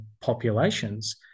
populations